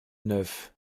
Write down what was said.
neuf